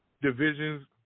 divisions